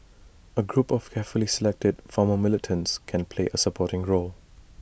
A group of carefully selected former militants can play A supporting role